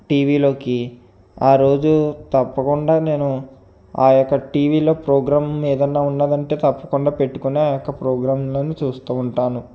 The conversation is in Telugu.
టీవీలోకి ఆ రోజు తప్పకుండా నేను ఆ యొక్క టీవీలో ప్రోగ్రాం ఏదన్నా ఉందంటే తప్పకుండా పెట్టుకుని ఆ యొక్క ప్రోగ్రాంలను చూస్తు ఉంటాను